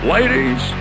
Ladies